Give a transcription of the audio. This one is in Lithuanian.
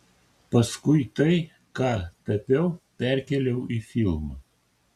paskui tai ką tapiau perkėliau į filmą